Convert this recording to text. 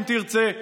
אם תרצה,